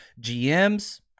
GMs